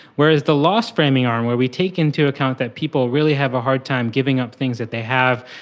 whereas the loss framing arm where we take into account that people really have a hard time giving up things that they have,